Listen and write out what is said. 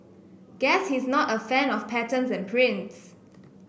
guess he's not a fan of patterns and prints